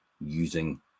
using